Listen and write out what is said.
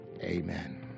Amen